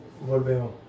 volvemos